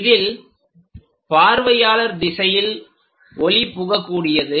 இதில் பார்வையாளர் திசையில் ஒளி புக கூடியது